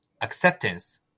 acceptance